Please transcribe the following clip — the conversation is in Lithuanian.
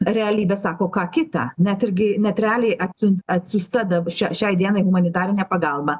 realybė sako ką kita net irgi net realiai atsiun atsiųsta da šia šiai dienai humanitarinė pagalba